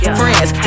friends